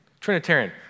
Trinitarian